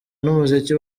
n’umuziki